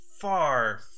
far